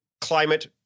climate